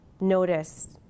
noticed